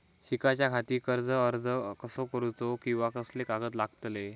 शिकाच्याखाती कर्ज अर्ज कसो करुचो कीवा कसले कागद लागतले?